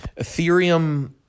Ethereum